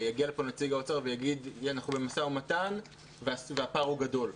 שיגיע לפה נציג האוצר ויגיד: אנחנו במשא-ומתן והפער הוא גדול.